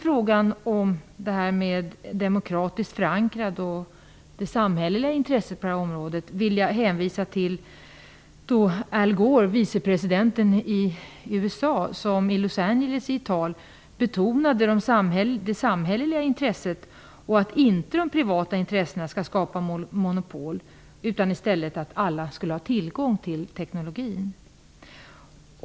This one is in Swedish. I frågan om den demokratiska förankringen och det samhälliga intresset på det här området vill jag hänvisa till att Al Gore, vicepresidenten i USA, i Los Angeles i ett tal har betonat det samhälleliga intresset och framhållit att de privata intressena inte skall skapa ett monopol, utan att i stället alla skulle ha tillgång till teknologin.